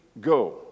go